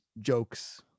jokes